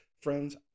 Friends